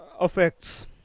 effects